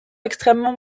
extrêmement